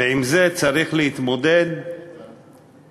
ועם זה צריך להתמודד ביום-יום,